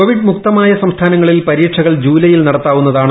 Covid മുക്തമായ സംസ്ഥാനങ്ങളിൽ പരീക്ഷകൾ ജൂലൈയിൽ നടത്താവുന്നതാണ്